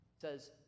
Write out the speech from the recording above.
says